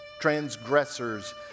transgressors